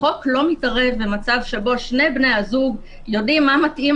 החוק לא מתערב במצב שבו שני בני הזוג יודעים מה מתאים